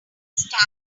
stamp